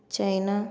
China